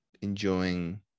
enjoying